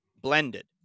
Blended